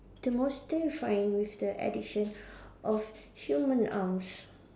the most terrifying with the addition of human arms